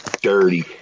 dirty